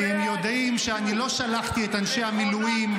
כי הם יודעים שאני לא שלחתי את אנשי המילואים.